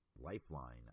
lifeline